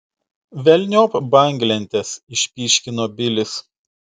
velniop banglentes išpyškino bilis